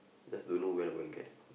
just don't know when I'm gonna get